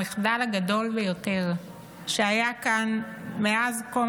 במחדל הגדול ביותר שהיה כאן מאז קום